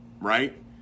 right